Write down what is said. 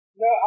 No